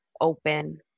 open